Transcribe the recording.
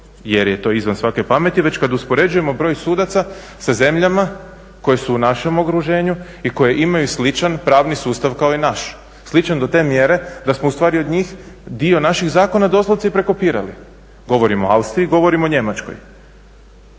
jer je to izvan svake pameti već kad uspoređujemo broj sudaca sa zemljama koje su u našem okruženju i koje imaju sličan pravni sustav kao i naš. Sličan do te mjere da smo ustvari od njih dio naših zakona doslovce i prekopirali. Govorim o Austriji, govorim o Njemačkoj.